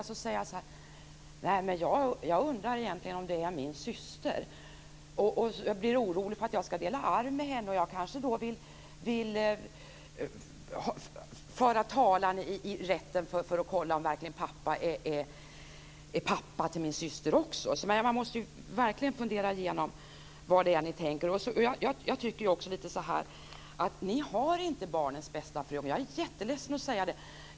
Om jag säger till henne att jag undrar om hon verkligen är min syster och känner mig orolig över att jag ska dela arvet med henne och om jag vill föra talan i domstol för att kolla om pappa verkligen är pappa också till min syster, vad ska gälla då? Ni måste verkligen fundera igenom era tankegångar. Ni har inte barnets bästa för ögonen. Jag är jätteledsen att säga det.